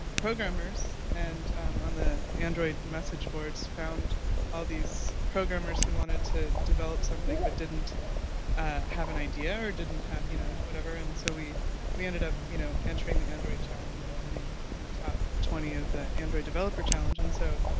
programmers. and on the android message board found all these programmers who wanted to develop something but didn't have an idea or didn't have, you know, whatever. and so we we ended up, you know, entering the android challenge and winning the top twenty of the android developer challenge. and so,